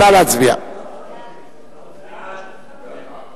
ההצעה להעביר